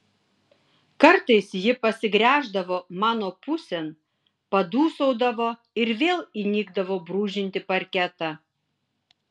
kartais ji pasigręždavo mano pusėn padūsaudavo ir vėl įnikdavo brūžinti parketą